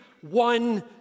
one